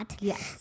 Yes